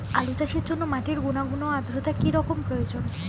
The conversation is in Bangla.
আলু চাষের জন্য মাটির গুণাগুণ ও আদ্রতা কী রকম প্রয়োজন?